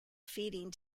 feeding